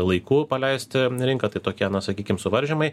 laiku paleist rinką tai tokie na sakykim suvaržymai